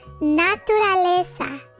Naturaleza